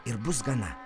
ir bus gana